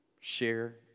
Share